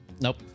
Nope